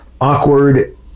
awkward